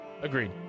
Agreed